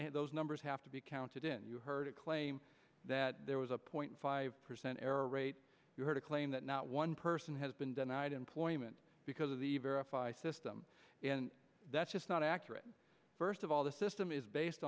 they have those numbers have to be counted in you heard a claim that there was a point five percent error rate you heard a claim that not one person has been denied employment because of the verify system and that's just not accurate first of all the system is based